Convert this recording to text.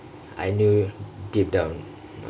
I knew deep down